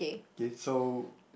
okay so